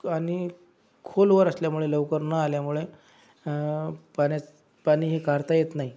पाणी खोलवर असल्यामुळे लवकर न आल्यामुळे पाण्यात पाणी हे काढता येत नाही